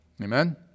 Amen